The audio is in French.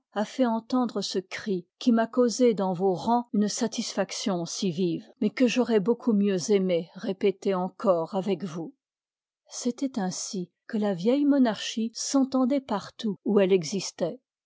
a fait entendre ce cri qui m'a causé dans vos rangs une satisfaction si vive mais que j'aurois beaucoup mieux aimé répéter encore avec vous c'étoit ainsi que la vieille monarchie s'entendoit partout où elle existoit